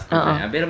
a'ah